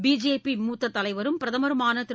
BJP மூத்த தலைவரும் பிரதமருமான திரு